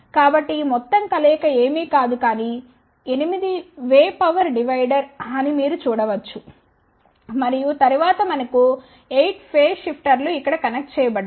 కాబట్టి ఈ మొత్తం కలయిక ఏమీ కాదు కానీ 8 వే పవర్ డివైడర్ అని మీరు చూడవచ్చు మరియు తరువాత మనకు 8 ఫేజ్ షిఫ్టర్లు ఇక్కడ కనెక్ట్ చేయబడ్డాయి